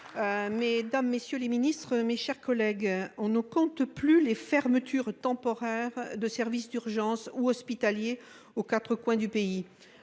Mesdames, messieurs les ministres, mes chers collègues. On ne compte plus les fermetures temporaires de services d'urgence ou hospitaliers aux 4 coins du pays.